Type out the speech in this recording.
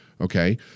okay